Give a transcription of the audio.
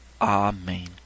Amen